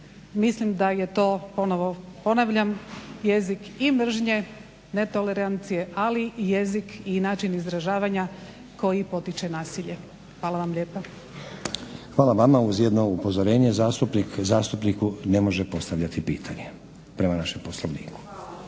Mislim da je to, ponovo ponavljam, jezik i mržnje, netolerancije, ail i jezik i način izražavanja koji potiče nasilje. Hvala vam lijepa. **Stazić, Nenad (SDP)** Hvala vama uz jedno upozorenje. Zastupnik zastupniku ne može postavljati pitanje prema našem Poslovniku.